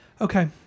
Okay